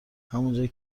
همونجایی